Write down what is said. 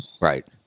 Right